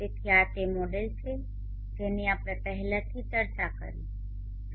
તેથી આ તે મોડેલ છે જેની આપણે પહેલાથી ચર્ચા કરી છે